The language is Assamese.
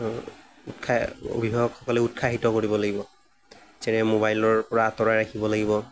আৰু উৎসা অভিভাৱকসকলে উৎসাহিত কৰিব লাগিব যেনে মোবাইলৰ পৰা আতঁৰাই ৰাখিব লাগিব